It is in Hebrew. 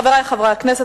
חברי חברי הכנסת,